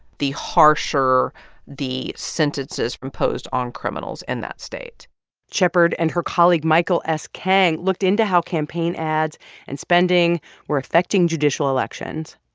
the harsher the sentences imposed on criminals in and that state shepherd and her colleague michael s. kang looked into how campaign ads and spending were affecting judicial elections.